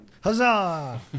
Huzzah